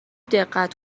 دقت